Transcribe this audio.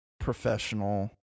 professional